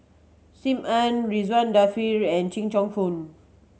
Sim Ann Ridzwan Dzafir and Cheong Choong Kong